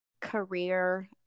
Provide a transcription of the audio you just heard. career